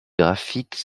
graphiques